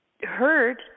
heard